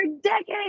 decades